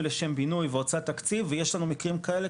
לשם בינוי והוצאת תקציב ויש לנו מקרים כאלה,